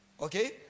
Okay